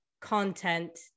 content